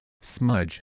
smudge